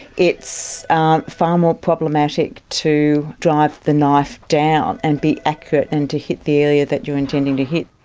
it's far more problematic to drive the knife down and be accurate and to hit the area that you're intending to hit.